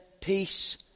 peace